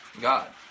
God